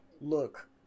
look